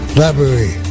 library